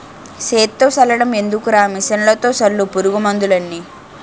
సేత్తో సల్లడం ఎందుకురా మిసన్లతో సల్లు పురుగు మందులన్నీ